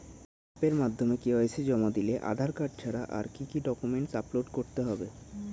অ্যাপের মাধ্যমে কে.ওয়াই.সি জমা দিলে আধার কার্ড ছাড়া আর কি কি ডকুমেন্টস আপলোড করতে হবে?